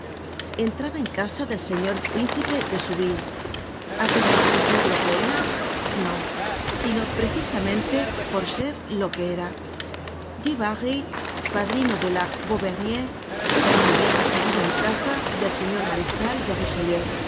entraba en casa del señor príncipe de soubise a pesar de ser lo que era no sino precisamente por ser lo que era du barry padrino de la vaubernier era muy bien recibido en casa del señor mariscal de